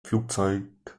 flugzeit